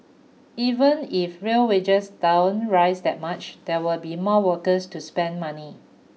even if real wages don't rise that much there will be more workers to spend money